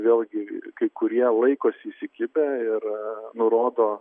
vėlgi kai kurie laikosi įsikibę ir nurodo